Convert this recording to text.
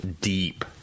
deep